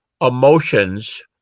Emotions